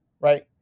right